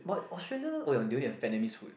but Australia oh ya they only have Vietnamese food